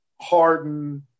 Harden